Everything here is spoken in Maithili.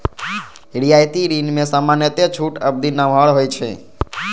रियायती ऋण मे सामान्यतः छूट अवधि नमहर होइ छै